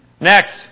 Next